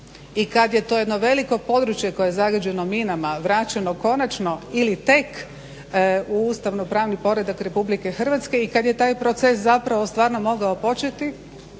i kada je to jedno veliko područje koje je zagađeno minama vraćeno konačno ili tek u ustavnopravni poredak RH i kada je taj proces stvarno mogao početi,